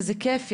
איזה כיף,